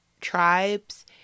tribes